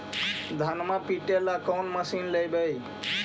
धनमा पिटेला कौन मशीन लैबै?